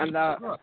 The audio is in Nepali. अन्त